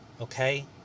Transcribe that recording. okay